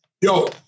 yo